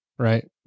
right